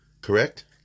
correct